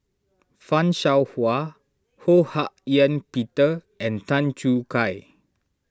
Fan Shao Hua Ho Hak Ean Peter and Tan Choo Kai